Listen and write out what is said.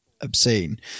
obscene